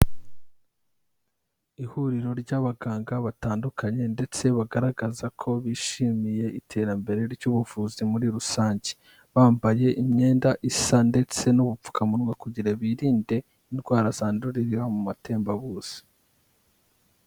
Ihuriro ry'abaganga batandukanye ndetse bagaragaza ko bishimiye iterambere ry'ubuvuzi muri rusange. Bambaye imyenda isa ndetse n'ubupfukamunwa kugira birinde indwara zandurira mu matembabuzi.